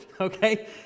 Okay